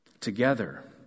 together